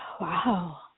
Wow